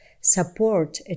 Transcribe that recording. support